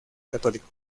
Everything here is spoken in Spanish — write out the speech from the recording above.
católico